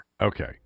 okay